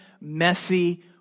messy